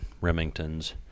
Remingtons